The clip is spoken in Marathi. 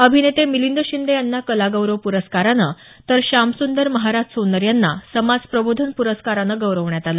अभिनेते मिलिंद शिंदे यांना कलागौरव पुरस्कारानं तर श्यामसुंदर महाराज सोन्नर यांना समाजप्रबोधन पुरस्कारानं गौरवण्यात आलं